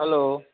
hello